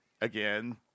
again